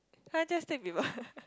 can I just stick with one